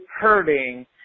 hurting